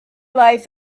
life